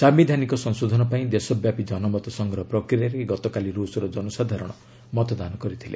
ସାୟିଧାନିକ ସଂଶୋଧନ ପାଇଁ ଦେଶବ୍ୟାପୀ ଜନମତ ସଂଗ୍ରହ ପ୍ରକ୍ରିୟାରେ ଗତକାଲି ରୁଷର ଜନସାଧାରଣ ମତଦାନ କରିଥିଲେ